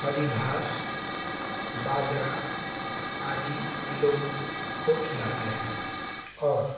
हरी घाँस बाजरा आदि यह लोगों को खिलाते हैं और